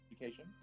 education